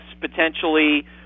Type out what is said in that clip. potentially